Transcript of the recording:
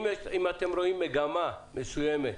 אם אתם רואים מגמה מסוימת,